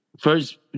First